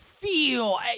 feel